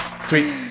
Sweet